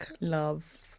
love